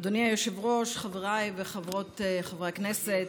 אדוני היושב-ראש, חבריי וחברותיי חברי הכנסת,